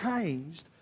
changed